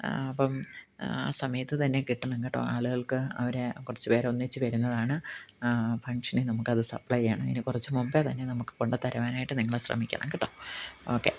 അപ്പം ആ സമയത്ത് തന്നെ കിട്ടണം കെട്ടോ ആളുകൾക്ക് അവരെ കുറച്ച് പേർ ഒന്നിച്ചു വരുന്നതാണ് ഫംഗ്ഷനിൽ നമുക്ക് അത് സപ്ലൈ ചെയ്യണം അതിന് കുറച്ച് മുമ്പേ തന്നെ നമുക്ക് കൊണ്ട് തരാനായിട്ട് നിങ്ങൾ ശ്രമിക്കണം കെട്ടോ ഓക്കെ